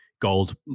gold